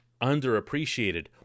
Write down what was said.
underappreciated